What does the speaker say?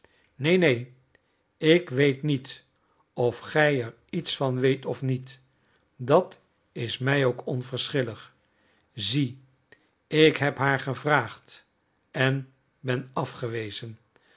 neen neen ik weet niet of gij er iets van weet of niet dat is mij ook onverschillig zie ik heb haar gevraagd en ben afgewezen